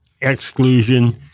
exclusion